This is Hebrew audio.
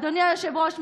אדוני היושב-ראש,